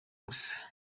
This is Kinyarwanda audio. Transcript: gusa